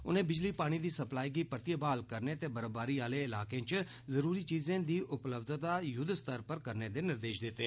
उनें बिजली पानी दी सप्लाई गी परतियै ब्हाल करने ते बर्फबारी आले इलाकें च जरूरी चीजें दी उपलब्यता युद्ध स्तर पर करने दे निर्देश दित्ते